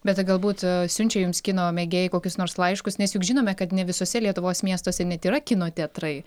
bet tai galbūt siunčia jums kino mėgėjai kokius nors laiškus nes juk žinome kad ne visuose lietuvos miestuose net yra kino teatrai